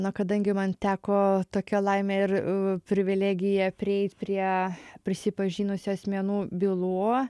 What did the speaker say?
na kadangi man teko tokia laimė ir privilegija prieit prie prisipažinusių asmenų bylų